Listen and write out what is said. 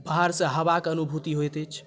बाहरसँ हवाक अनुभूति होइत अछि